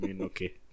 Okay